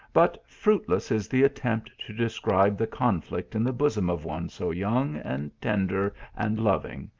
but fruitless is the attempt to describe the conflict in the bosom of one so young, and tender, and loving,